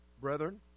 brethren